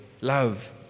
love